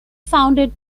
founded